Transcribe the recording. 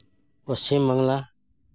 Paschim Bangla